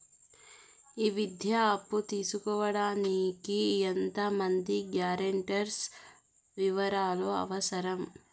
ఈ విద్యా అప్పు తీసుకోడానికి ఎంత మంది గ్యారంటర్స్ వివరాలు అవసరం?